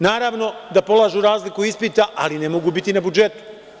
Naravno, da polažu razliku ispita, ali ne mogu biti na budžetu.